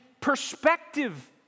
perspective